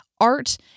art